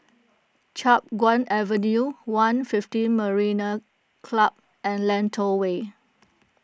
Chiap Guan Avenue one fifteen Marina Club and Lentor Way